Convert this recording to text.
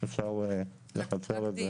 אפשר לקצר את זה.